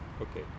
okay